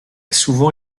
souvent